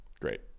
great